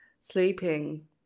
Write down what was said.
sleeping